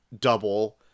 double